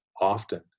often